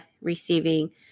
receiving